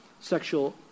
sexual